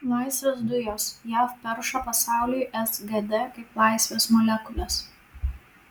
laisvės dujos jav perša pasauliui sgd kaip laisvės molekules